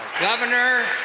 Governor